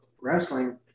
wrestling